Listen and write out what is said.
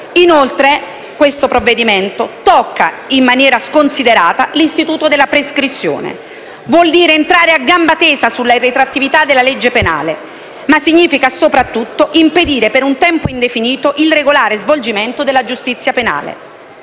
Inoltre, questo provvedimento tocca in maniera sconsiderata l'istituto della prescrizione. Vuol dire entrare a gamba tesa sulla irretroattività della legge penale, ma significa soprattutto impedire per un tempo indefinito il regolare svolgimento della giustizia penale,